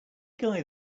guy